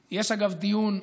יש דיון,